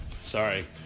Sorry